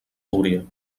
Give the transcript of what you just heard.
túria